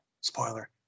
spoiler